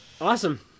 Awesome